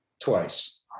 twice